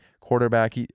quarterback